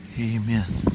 Amen